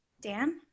Dan